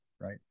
right